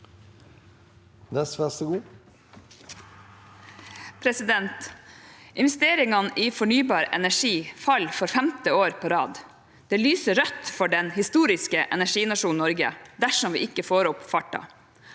Investeringene i fornybar energi faller for femte år på rad. Det lyser rødt for den historiske energinasjonen Norge dersom vi ikke får opp farten.